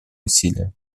усилия